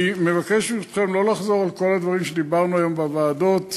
אני מבקש מכם לא לחזור על כל הדברים שדיברנו עליהם היום בוועדות,